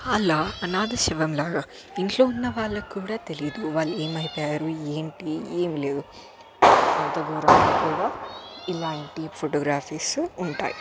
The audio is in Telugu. అలా అనాధ శవంలాగా ఇంట్లో ఉన్న వాళ్ళకి కూడా తెలియదు వాళ్ళు ఏమైపోయారు ఏంటి ఏమి లేవు ఇలాంటి ఫోటోగ్రాఫీస్ ఉంటాయి